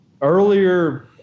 earlier